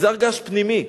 זה הר געש פנימי,